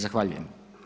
Zahvaljujem.